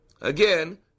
Again